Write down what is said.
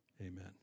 Amen